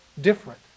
different